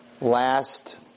last